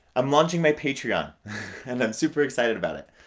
i'm launching my patreon and i am super excited about it,